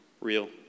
real